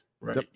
right